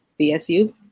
BSU